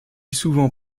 souvent